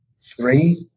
three